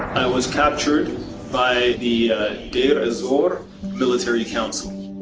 was captured by the dier azour military council.